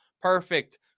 perfect